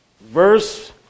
verse